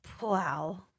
wow